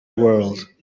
world